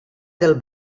del